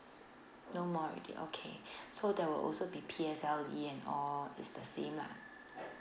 no more already okay so there will also be P_S_L_E and all is the same lah